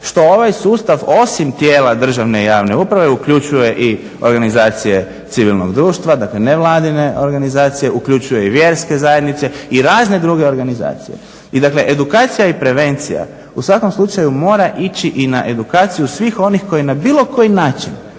što ovaj sustav osim tijela državne i javne uprave uključuje i organizacije civilnog društva, dakle nevladine organizacije, uključuje i vjerske zajednice i razne druge organizacije. I dakle edukacija i prevencija u svakom slučaju mora ići i na edukaciju svih onih koji na bilo koji način